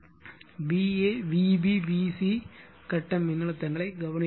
va vb vc கட்ட மின்னழுத்தங்களைக் கவனியுங்கள்